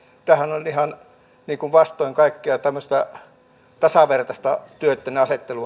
nostaminenhan on ihan vastoin kaikkea tasavertaista töitten